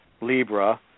Libra